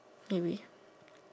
maybe